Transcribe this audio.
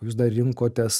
o jūs dar rinkotės